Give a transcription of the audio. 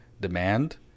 Demand